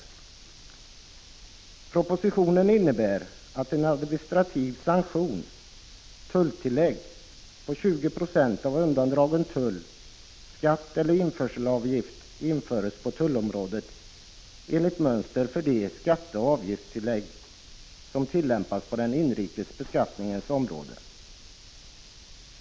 I propositionen föreslås att en administrativ sanktion, tulltillägg, på 20 Io av undandragen tull, skatt eller införselavgift införs på tullområdet enligt mönstret för de skatteoch avgiftstillägg som tillämpas på den inrikes beskattningens område.